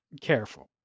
careful